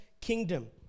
kingdom